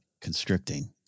constricting